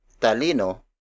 talino